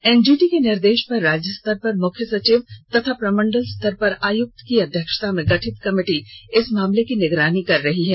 NGT के निर्देश पर राज्य स्तर पर मुख्य सचिव एवं प्रमंडल स्तर पर आयुक्त की अध्यक्षता में गठित कमिटी इस मामले की निगरानी कर रही है